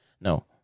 No